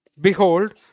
Behold